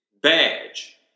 badge